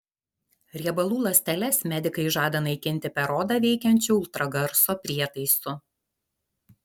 riebalų ląsteles medikai žada naikinti per odą veikiančiu ultragarso prietaisu